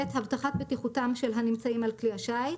הבטחת בטיחותם של הנמצאים על כלי שיט,